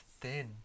Thin